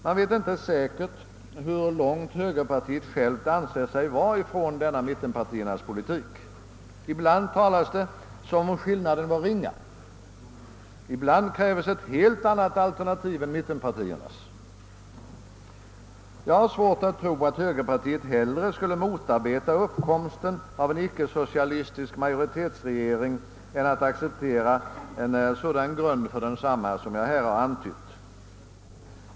Man vet inte säkert hur långt högerpartiet självt anser sig vara från denna mittenpartiernas politik. Ibland talas det som om skillnaden vore ringa, ibland kräves ett helt annat alternativ än mittenpartiernas. Jag har svårt att tro att högerpartiet hellre skulle motarbeta uppkomsten av en icke-socialistisk majoritetsregering än att acceptera en sådan grund för densamma som jag här har antytt.